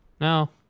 No